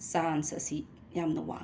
chance ꯑꯁꯤ ꯌꯥꯝꯅ ꯋꯥꯡꯉꯤ